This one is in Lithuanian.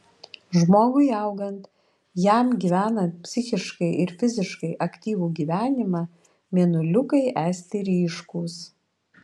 žmogui augant jam gyvenant psichiškai ir fiziškai aktyvų gyvenimą mėnuliukai esti ryškūs